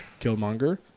Killmonger